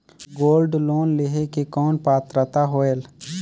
Gold loan लेहे के कौन पात्रता होएल?